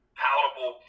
palatable